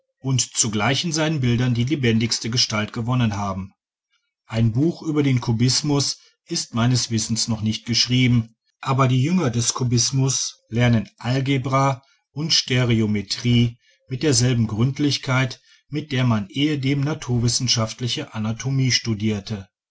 und zugleich in seinen bildern die lebendigste gestalt gewonnen haben ein buch über den kubismus ist meines wissens noch nicht geschrieben aber die jünger des kubismus lernen algebra und stereometrie mit derselben gründlichkeit mit der man ehedem naturwissenschaftliche anatomie studierte